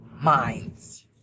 minds